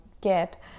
get